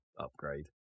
upgrade